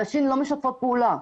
הנשים לא משתפות פעולה,